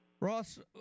Ross